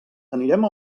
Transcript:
anirem